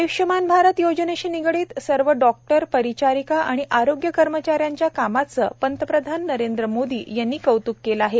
आय्ष्मान भारत योजनेशी निगडित सर्व डॉक्टर परिचारिका आणि आरोग्य कर्मचाऱ्यांच्या कामाचं प्रधानमंच्री नरेंद्र मोदी यांनी कौत्क केलं आहे